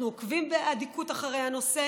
אנחנו עוקבים באדיקות אחר הנושא,